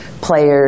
players